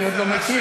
אני עוד לא מכיר.